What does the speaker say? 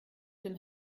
dem